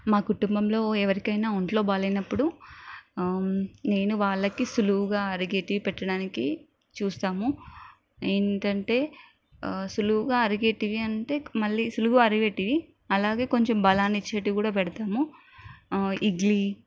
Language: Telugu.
మా కుటుంబంలో ఎవరికైనా ఒంట్లో బాగాలేనప్పుడు నేను వాళ్ళకి సులువుగా అరిగేటివి పెట్టడానికి చూస్తాము ఏంటంటే సులువుగా అరిగేటివి అంటే మళ్ళీ సులువుగా అరిగేటివి అలాగే కొంచం బలాన్ని ఇచ్చేటివి కూడా పెడతాము ఇడ్లీ